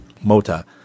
Mota